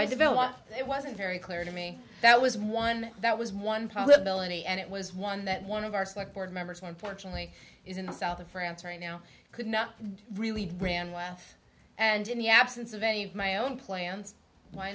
i develop it wasn't very clear to me that was one that was one possibility and it was one that one of our select board members going fortunately is in the south of france right now could not really bramwell and in the absence of any of my own plans